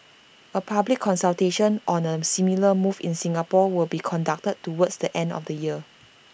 A public consultation on A similar move in Singapore will be conducted towards the end of the year